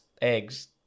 eggs